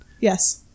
Yes